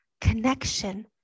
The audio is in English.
Connection